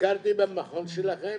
ביקרתי במכון שלכם